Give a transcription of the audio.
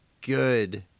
good